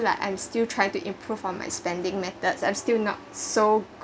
like I'm still trying to improve on my spending methods I'm still not so